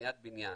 לבניית בניין,